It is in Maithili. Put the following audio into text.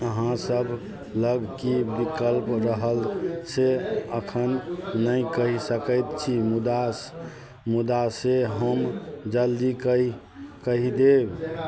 अहाँसभ लग कि विकल्प रहल से एखन नहि कहि सकैत छी मुदा मुदा से हम जल्दी कहि कहि देब